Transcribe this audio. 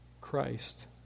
Christ